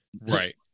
right